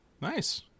Nice